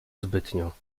zbytnio